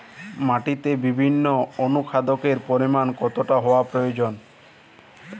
মাটিতে বিভিন্ন অনুখাদ্যের পরিমাণ কতটা হওয়া প্রয়োজন?